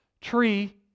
tree